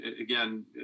again